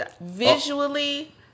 visually